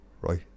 Right